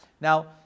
Now